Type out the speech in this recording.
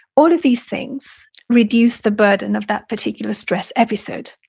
all of these things reduce the burden of that particular stress episode.